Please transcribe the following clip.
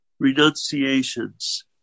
renunciations